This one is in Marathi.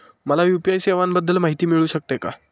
मला यू.पी.आय सेवांबाबत माहिती मिळू शकते का?